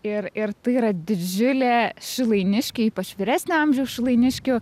ir ir tai yra didžiulė šilainiškiai ypač vyresnio amžiaus šilainiškių